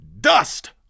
dust